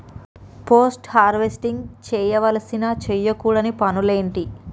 Post harvesting చేయవలసిన చేయకూడని పనులు ఏంటి?